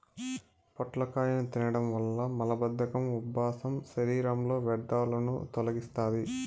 పొట్లకాయను తినడం వల్ల మలబద్ధకం, ఉబ్బసం, శరీరంలో వ్యర్థాలను తొలగిస్తాది